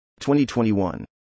2021